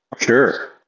Sure